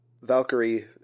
Valkyrie